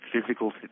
physical